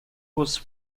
was